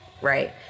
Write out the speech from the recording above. right